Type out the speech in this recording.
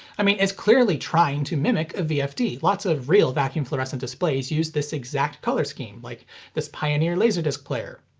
i mean, it's clearly trying to mimic a vfd, lots of real vacuum fluorescent displays use this exact color scheme, like this pioneer laserdisc player.